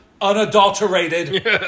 unadulterated